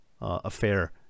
affair